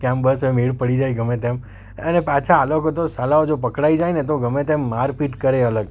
કે આમ બસ એમ મેળ પડી જાય ગમે તેમ અને પાછા આ લોકો તો સાલાઓ જો પકડાઈ જાય ને તો ગમે તેમ મારપીટ કરે એ અલગ